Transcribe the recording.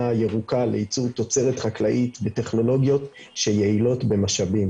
ירוקה לייצור תוצרת חקלאית בטכנולוגיות שיעילות במשאבים.